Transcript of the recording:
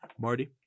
marty